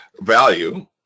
value